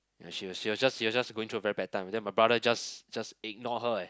ya she was she was just she was just going through a very bad time then my brother just just ignore her leh